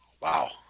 wow